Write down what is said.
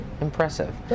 impressive